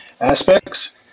aspects